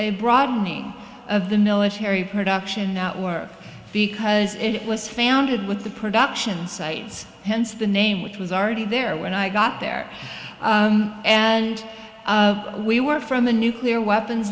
a broadening of the military production at work because it was founded with the production sites hence the name which was already there when i got there and we were from a nuclear weapons